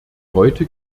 heute